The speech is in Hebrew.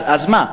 אז מה?